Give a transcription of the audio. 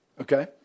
okay